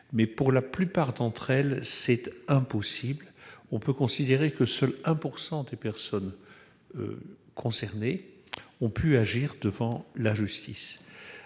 pour la plupart d'entre elles, c'est impossible : on peut considérer que seulement 1 % des personnes concernées ont pu agir devant la justice.